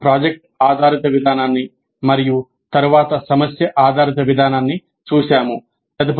మేము ప్రాజెక్ట్ ఆధారిత విధానాన్ని మరియు తరువాత సమస్య ఆధారిత విధానాన్ని చూశాము